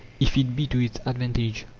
if it be to its advantage,